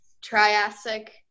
triassic